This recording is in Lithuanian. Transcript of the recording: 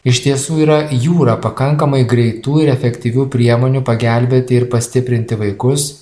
iš tiesų yra jūra pakankamai greitų ir efektyvių priemonių pagelbėti ir pastiprinti vaikus